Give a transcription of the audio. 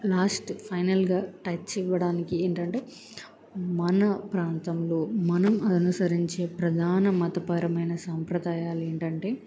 last ఫైనల్గా touch ఇవ్వడానికి ఏంటంటే మన ప్రాంతంలో మనం అతనుసరించే ప్రధాన మతపరమైన సాంప్రదాయాలు ఏంటంటే